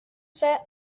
set